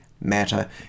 matter